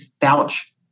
vouch